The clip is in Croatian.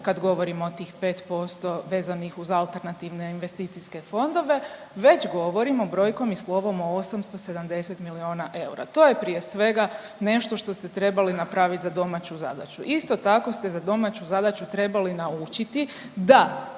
kad govorimo o tih 5% vezanih uz AIF-ove, već govorimo brojkom i slovom o 870 milijuna eura. To je prije svega nešto što ste trebali napravit za domaću zadaću. Isto tako ste za domaću zadaću trebali naučiti da